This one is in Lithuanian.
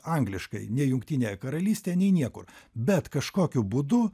angliškai nei jungtinėje karalystėje nei niekur bet kažkokiu būdu